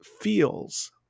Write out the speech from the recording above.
feels